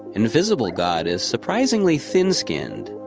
invisible god is surprisingly thin-skinned.